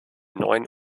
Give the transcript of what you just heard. neuen